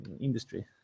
industry